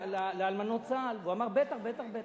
לאלמנות צה"ל, הוא אמר: בטח, בטח,